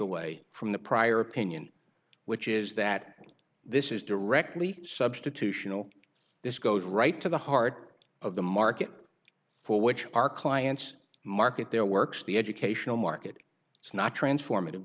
away from the prior opinion which is that this is directly substitutional this goes right to the heart of the market for which our clients market their works the educational market it's not transformative